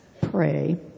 pray